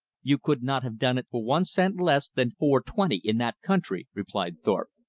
you could not have done it for one cent less than four-twenty in that country, replied thorpe,